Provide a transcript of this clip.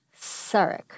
Sarek